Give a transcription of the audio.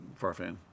Farfan